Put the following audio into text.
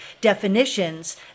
definitions